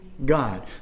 God